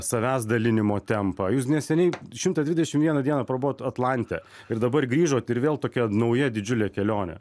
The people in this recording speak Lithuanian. savęs dalinimo tempą jūs neseniai šimtą dvidešim vieną dieną prabuvot atlante ir dabar grįžot ir vėl tokia nauja didžiulė kelionė